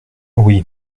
oui